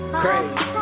crazy